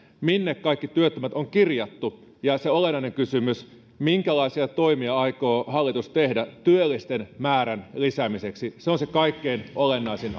minne kaikki työttömät on kirjattu ja se olennainen kysymys minkälaisia toimia hallitus aikoo tehdä työllisten määrän lisäämiseksi se on se kaikkein olennaisin